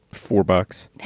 four bucks.